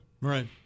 Right